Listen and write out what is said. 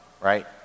right